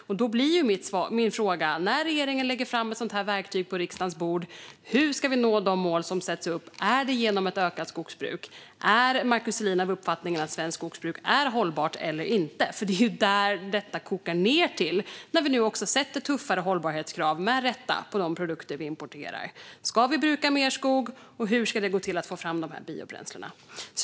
Då blir min fråga när regeringen lägger fram ett sådant här verktyg på riksdagens bord: Hur ska vi nå de mål som sätts upp? Är det genom ett ökat skogsbruk? Och är Markus Selin av uppfattningen att svenskt skogsbruk är hållbart eller inte? Det är ju det som detta kokar ned till när vi nu också sätter tuffare hållbarhetskrav, med rätta, på de produkter som vi importerar. Ska vi bruka mer skog, och hur ska det gå till att få fram de här biobränslena?